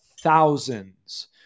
thousands